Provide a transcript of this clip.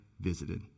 visited